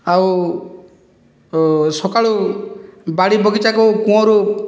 ଆଉ ସକାଳୁ ବାଡ଼ି ବଗିଚାକୁ କୂଅରୁ